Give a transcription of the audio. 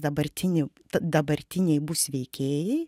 dabartiniu dabartiniai bus veikėjai